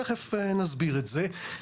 תכף נסביר את זה.